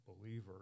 believer